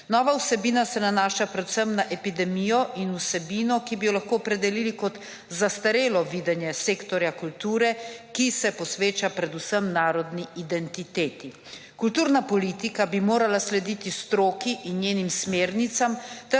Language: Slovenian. Nova vsebina se nanaša predvsem na epidemijo in vsebino, ki bi jo lahko opredelili kot zastarelo videnje sektorja kulture, ki se posveča predvsem narodni identiteti. Kulturna politika bi morala slediti stroki in njenim smernicam